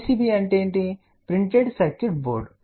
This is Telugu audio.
PCB అంటే ప్రింటెడ్ సర్క్యూట్ బోర్డ్